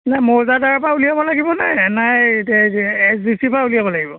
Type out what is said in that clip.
নহয় মৌজাদাৰৰ পৰা উলিয়াব লাগিবনে নে এই এছ ডি চি ৰ পৰা উলিয়াব লাগিব